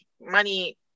money